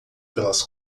pelas